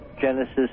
Genesis